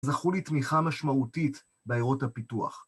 זכו לתמיכה משמעותית בעיירות הפיתוח